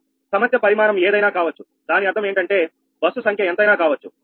సమస్య పరిమాణం ఏదైనా కావచ్చు దాని అర్థం ఏంటంటే బస్సు సంఖ్య ఎంతైనా కావచ్చు